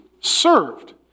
served